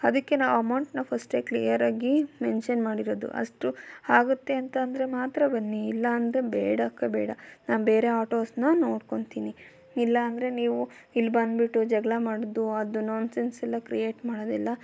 ಅದಕ್ಕೆ ನಾವು ಅಮೌಂಟ್ನ ಫಸ್ಟೇ ಕ್ಲಿಯರಾಗಿ ಮೆನ್ಷನ್ ಮಾಡಿರೋದು ಅಷ್ಟು ಆಗುತ್ತೆ ಅಂತ ಅಂದ್ರೆ ಮಾತ್ರ ಬನ್ನಿ ಇಲ್ಲ ಅಂದರೆ ಬೇಡಕ್ಕೆ ಬೇಡ ನಾನು ಬೇರೆ ಆಟೋಸ್ನ ನೋಡ್ಕೊಳ್ತೀನಿ ಇಲ್ಲ ಅಂದರೆ ನೀವು ಇಲ್ಲಿ ಬಂದು ಬಿಟ್ಟು ಜಗಳ ಮಾಡೋದು ಅದು ನಾನ್ಸೆನ್ಸ್ ಎಲ್ಲ ಕ್ರಿಯೇಟ್ ಮಾಡೋದು ಎಲ್ಲ